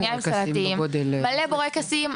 בורקסים,